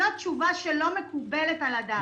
זאת תשובה שלא מקובלת על הדעת.